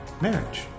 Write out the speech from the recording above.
marriage